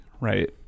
Right